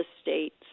estate